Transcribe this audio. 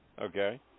Okay